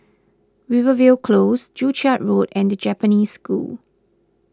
Rivervale Close Joo Chiat Road and the Japanese School